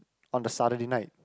on the Saturday night